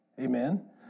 Amen